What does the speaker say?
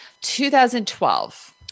2012